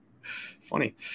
Funny